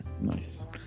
Nice